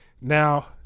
Now